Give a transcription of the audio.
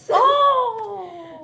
oh